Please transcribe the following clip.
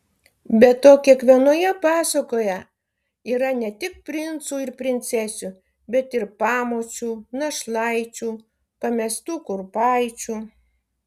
be to kiekvienoje pasakoje yra ne tik princų ir princesių bet ir pamočių našlaičių pamestų kurpaičių